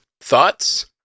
thoughts